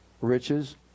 riches